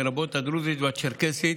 לרבות הדרוזית והצ'רקסית),